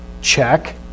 check